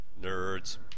Nerds